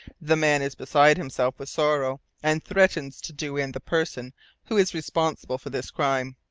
the man is beside himself with sorrow, and threatens to do in the person who is responsible for this crime.